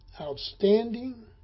outstanding